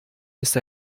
ist